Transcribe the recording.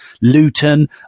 Luton